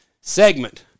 segment